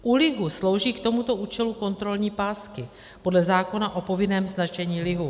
U lihu slouží k tomuto účelu kontrolní pásky podle zákona o povinném značení lihu.